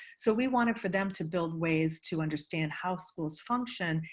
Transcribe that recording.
so we wanted for them to build ways to understand how schools function,